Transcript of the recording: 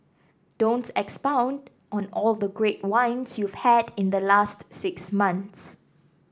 don't expound on all the great wines you've had in the last six months